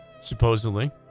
supposedly